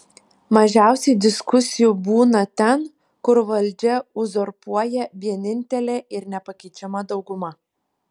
mažiausiai diskusijų būna ten kur valdžią uzurpuoja vienintelė ir nepakeičiama dauguma